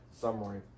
summary